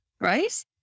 right